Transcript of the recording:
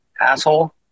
asshole